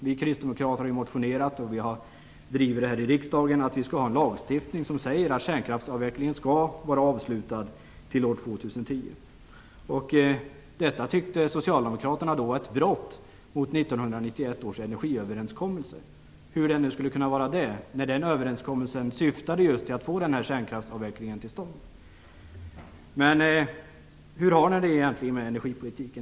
Vi kristdemokrater har ju motionerat om och drivit här i riksdagen att vi skall ha en lagstiftning som säger att kärnkraftsavvecklingen skall vara avslutad till år 2010. Detta tyckte Socialdemokraterna var ett brott mot 1991 års energiöverenskommelse. Hur kan det vara det? Den överenskommelsen syftade ju till att få just den här kärnkraftsavvecklingen till stånd. Men hur har ni det egentligen med energipolitiken?